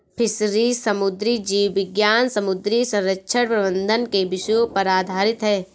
fisheries समुद्री जीव विज्ञान समुद्री संरक्षण प्रबंधन के विषयों पर आधारित है